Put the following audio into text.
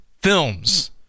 Films